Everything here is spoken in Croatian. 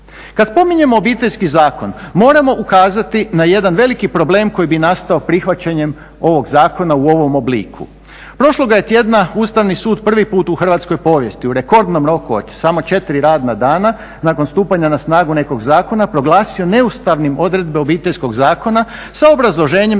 Kad spominjemo Obiteljski zakon moramo ukazati na jedan veliki problem koji bi nastao prihvaćanjem ovog zakona u ovom obliku. Prošloga je tjedna Ustavni sud prvi put u hrvatskoj povijesti u rekordnom roku od samo 4 radna dana nakon stupanja na snagu nekog zakona proglasio neustavnim odredbe Obiteljskog zakona sa obrazloženjem